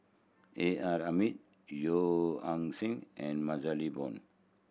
A R Hamid Yeo Ah Seng and MaxLe Blond